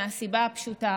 מהסיבה הפשוטה